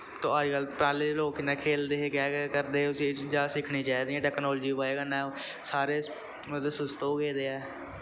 तो अज्जकल पैह्लें दे लोग किन्ना खेलदे हे केह् केह् करदे हे उसी एह् चीजां सिक्खना चाहिदियां टैकनालजी दी बजह् कन्नै सारे मतलब सुस्त हो गेदे ऐ